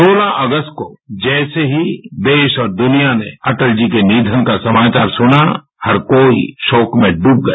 सोलह अगस्त को जैसे ही देश और दृनिया में अटल जी के निधन का समाचार सुना हर कोई शोक में इब गया